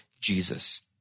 Jesus